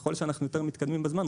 ככל שאנחנו יותר מתקדמים בזמן,